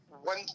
one